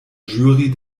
jury